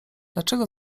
dlaczego